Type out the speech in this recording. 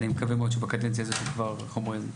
אני מקווה מאוד שבקדנציה הזאת וכבר איך אומרים?